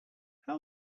how